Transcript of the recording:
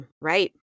right